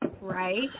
right